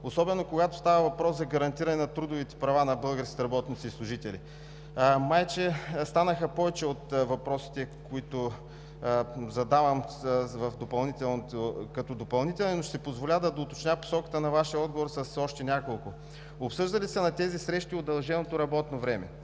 особено когато става въпрос за гарантиране на трудовите права на българските работници и служители. Като че ли въпросите, които задавам като допълнителни, станаха повече, но ще си позволя да доуточня посоката на Вашия отговор с още няколко: обсъжда ли се на тези срещи удълженото работно време;